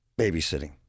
babysitting